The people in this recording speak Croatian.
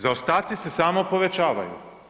Zaostaci se samo povećavaju.